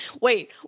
Wait